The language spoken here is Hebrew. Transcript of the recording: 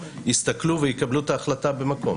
יסתכלו ויקבלו את ההחלטה במקום.